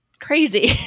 crazy